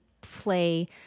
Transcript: play